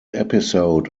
episode